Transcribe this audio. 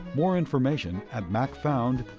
more information at macfound